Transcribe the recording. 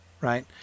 right